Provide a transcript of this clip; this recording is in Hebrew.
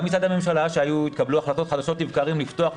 גם מצד הממשלה בה התקבלו החלטות חדשות לבקרים לפתוח,